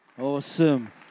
Awesome